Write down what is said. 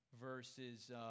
verses